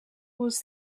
was